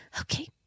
Okay